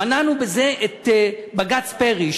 מנענו בזה את בג"ץ פרי,